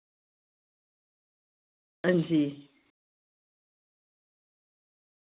हां जी